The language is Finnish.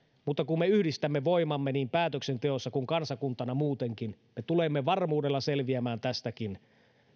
mutta kun me yhdistämme voimamme niin päätöksenteossa kuin kansakuntana muutenkin me tulemme varmuudella selviämään tästäkin